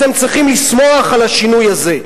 אתם צריכים לשמוח על השינוי הזה.